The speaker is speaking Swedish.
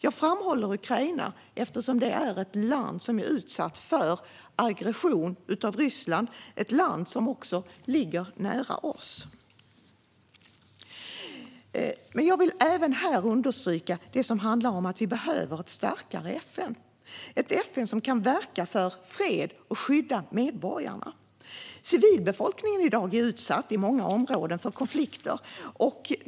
Jag framhåller Ukraina eftersom det är ett land som är utsatt för aggression från Ryssland och som också ligger nära oss. Jag vill även understryka det som handlar om att vi behöver ett starkare FN, ett FN som kan verka för fred och skydda medborgarna. Civilbefolkningen är i dag i många områden utsatt för konflikter.